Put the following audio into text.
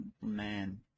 man